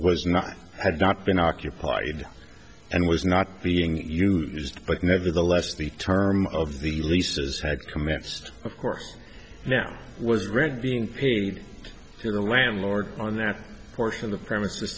was not had not been occupied and was not being used but nevertheless the term of the leases had commenced of course now was granted being paid their landlord on that course on the premise